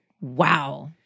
Wow